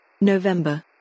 November